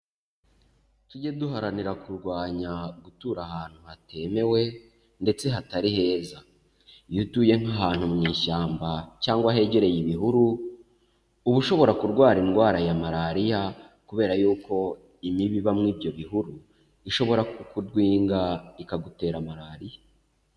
Tujye duharanira kurwanya gutura ahantu hatemewe ndetse hatari heza, iyo utuye nk'ahantu mu ishyamba cyangwa hegereye ibihuru, uba ushobora kurwara indwara ya Malariya, kubera y'uko imibu ibamo ibyo bihuru, ishobora kukudwinga ikagutera Malariya.